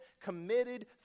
committed